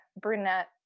Brunette